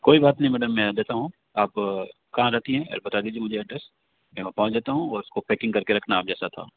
कोई बात नहीं मैडम मैं देता हूँ आप कहाँ रहती हैं बता दीजिए मुझे एड्रेस मैं वहाँ पहुँच जाता हूँ और उसको पैकिंग कर के रखना आप जैसा था